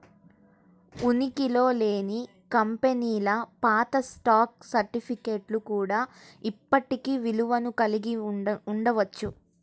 ఉనికిలో లేని కంపెనీల పాత స్టాక్ సర్టిఫికేట్లు కూడా ఇప్పటికీ విలువను కలిగి ఉండవచ్చు